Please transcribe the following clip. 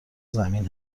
زمین